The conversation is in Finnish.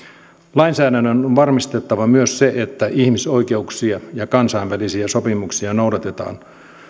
lainsäädännön on on varmistettava myös se että ihmisoikeuksia ja kansainvälisiä sopimuksia noudatetaan